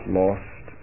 lost